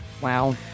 wow